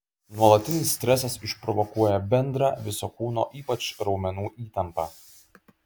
nuolatinis stresas išprovokuoja bendrą viso kūno ypač raumenų įtampą